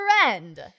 friend